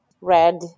red